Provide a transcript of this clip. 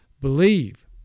believe